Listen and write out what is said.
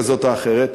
כזאת או אחרת,